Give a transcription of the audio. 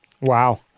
Wow